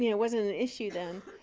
you know wasn't an issue then.